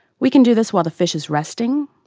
we can do this while the fish is resting,